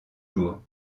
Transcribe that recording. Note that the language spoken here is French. jours